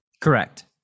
correct